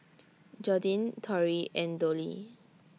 Jordyn Torrey and Dollie